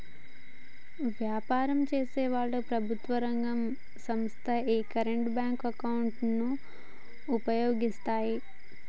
వ్యాపారం చేసేవాళ్ళు, ప్రభుత్వం రంగ సంస్ధలు యీ కరెంట్ బ్యేంకు అకౌంట్ ను వుపయోగిత్తాయి